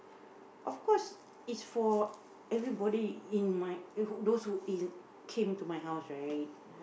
of course it's for everybody in my uh who those who in came to my house right